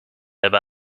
hebben